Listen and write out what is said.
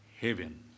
heaven